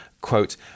quote